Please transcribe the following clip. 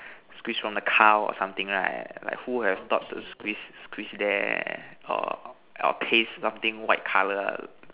squeeze from the cow or something right err like who would have thought to squeeze squeeze there or squeeze something white color